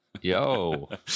yo